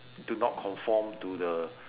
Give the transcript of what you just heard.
do not conform to the